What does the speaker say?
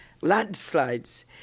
landslides